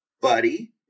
buddy